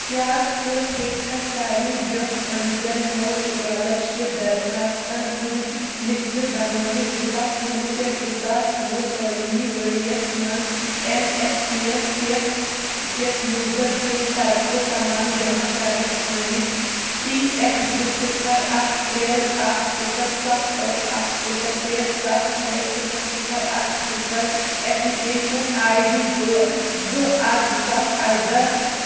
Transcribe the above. کیٛاہ ژٕ ہیٚککھا سارنٕے برٛونٛہہ ٲمتٮ۪ن نو سُکالرشِپ درخواستن ہٕنٛدۍ لِسٹ بنٲوِتھ زٕ ساس کُنہٕ وُہ پٮ۪ٹھ زٕ ساس وُہ تٲلیٖمی ؤریَس مَنٛز اٮ۪ن اٮ۪س پی یَس پٮ۪ٹھ پٮ۪ٹھ یوٗزَر سٕنٛدۍ طرفہٕ تمام جمع کرنہٕ ٲمٕتۍ ٹی اٮ۪ف زٕ صِفر اکھ ترٛےٚ اکھ صِفر سَتھ ٲٹھ اکھ صِفر ترٛےٚ سَتھ شےٚ صِفَر صِفَر اکھ صِفر اٮ۪پلِکیشنَس آی ڈی تہٕ زٕ اکھ زٕ ساس اَرداہ